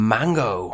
Mango